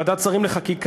ועדת השרים לחקיקה,